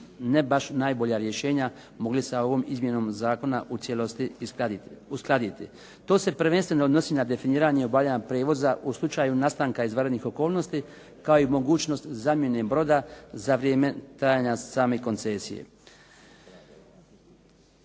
ne najbolja rješenja mogli sa ovom izmjenom zakona u cijelosti uskladiti. To se prvenstveno odnosi na definiranje obavljanja prijevoza u slučaju nastanka izvanrednih okolnosti, kao i mogućnost zamjene broda za vrijeme trajanja same koncesije.